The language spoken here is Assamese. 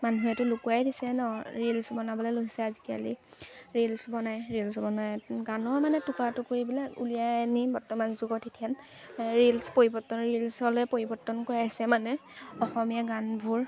মানুহেতো লুকুৱাই দিছে ন ৰিলচ বনাবলৈ লৈছে আজিকালি ৰিলচ বনাই ৰিলচ বনাই গানৰ মানে টুকুৰা টুকুৰিবোৰ উলিয়াই নি বৰ্তমান যুগত ৰিলচ পৰিৱৰ্তন ৰিলচলৈ পৰিৱৰ্তন কৰা হৈছে মানে অসমীয়া গানবোৰ